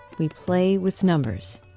we play with numbers.